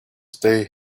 stay